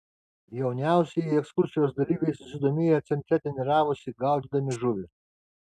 jauniausieji ekskursijos dalyviai susidomėję centre treniravosi gaudydami žuvį